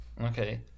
Okay